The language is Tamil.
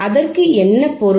அதற்கு என்ன பொருள்